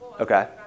Okay